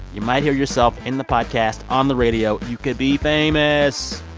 you might hear yourself in the podcast on the radio. you could be famous.